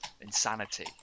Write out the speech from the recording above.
insanity